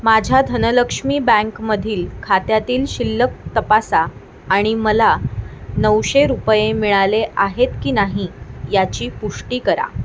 माझ्या धनलक्ष्मी बँकमधील खात्यातील शिल्लक तपासा आणि मला नऊशे रुपये मिळाले आहेत की नाही याची पुष्टी करा